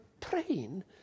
praying